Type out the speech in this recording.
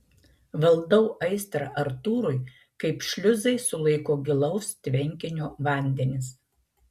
valdau aistrą artūrui kaip šliuzai sulaiko gilaus tvenkinio vandenis